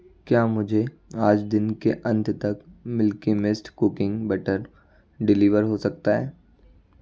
क्या मुझे आज दिन के अंत तक Milky Mist cooking butter deliver हो सकता है